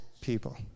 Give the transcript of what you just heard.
people